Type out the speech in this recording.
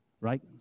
right